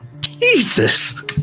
Jesus